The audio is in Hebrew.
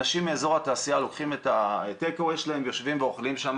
אנשים מאזור התעשייה לוקחים את הטייק אווי שלהם ויושבים ואוכלים שם,